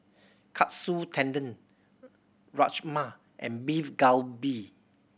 Katsu Tendon Rajma and Beef Galbi